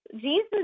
Jesus